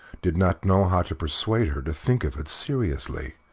did not know how to persuade her to think of it seriously.